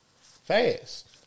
Fast